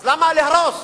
אז למה להרוס